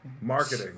Marketing